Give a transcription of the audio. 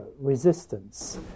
resistance